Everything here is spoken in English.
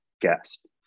guest